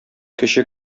кече